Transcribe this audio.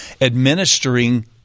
administering